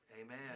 Amen